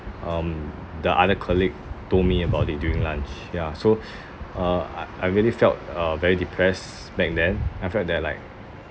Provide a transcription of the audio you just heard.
um the other colleague told me about it during lunch ya so uh I I really felt uh very depressed back then I felt that like